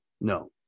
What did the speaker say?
No